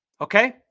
Okay